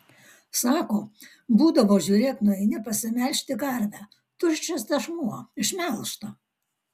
sako būdavo žiūrėk nueini pasimelžti karvę tuščias tešmuo išmelžta